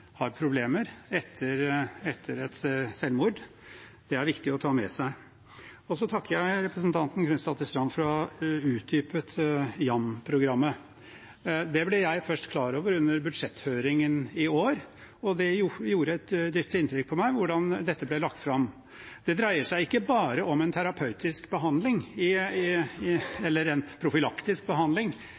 har problemer etter et selvmord. Det er det viktig å ta med seg. Så takker jeg representanten Knutsdatter Strand for å ha utdypet innholdet i YAM-programmet. Det ble jeg først klar over under budsjetthøringen i år. Det gjorde et dypt inntrykk på meg hvordan det ble lagt fram. Det dreier seg ikke bare om terapeutisk eller profylaktisk behandling i